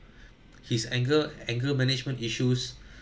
his anger anger management issues